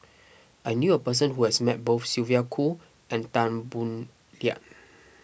I knew a person who has met both Sylvia Kho and Tan Boo Liat